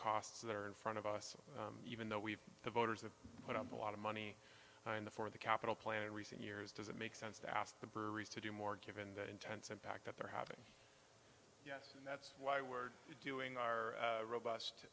costs that are in front of us even though we've the voters that put up a lot of money in the for the capital plan and recent years does it make sense to ask the breweries to do more given the intense impact that they're having yes and that's why we're doing our robust